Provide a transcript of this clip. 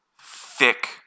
Thick